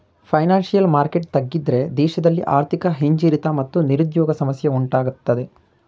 financial market ತಗ್ಗಿದ್ರೆ ದೇಶದಲ್ಲಿ ಆರ್ಥಿಕ ಹಿಂಜರಿತ ಮತ್ತು ನಿರುದ್ಯೋಗ ಸಮಸ್ಯೆ ಉಂಟಾಗತ್ತದೆ